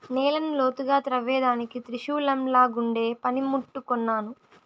నేలను లోతుగా త్రవ్వేదానికి త్రిశూలంలాగుండే పని ముట్టు కొన్నాను